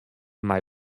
mei